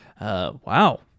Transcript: Wow